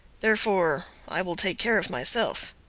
therefore i will take care of myself.